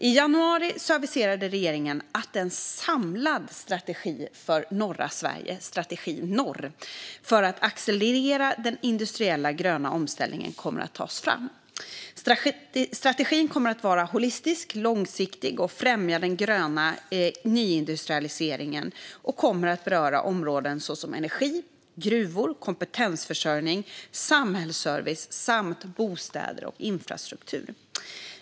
I januari aviserade regeringen att en samlad strategi för norra Sverige för att accelerera den industriella gröna omställningen kommer att tas fram. Strategin kommer att vara holistisk och långsiktig och främja den gröna nyindustrialiseringen. Den kommer att beröra områden som energi, gruvor, kompetensförsörjning, samhällsservice samt bostäder och infrastruktur.